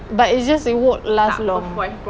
but it's just it won't last long